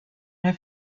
have